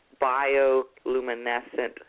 bioluminescent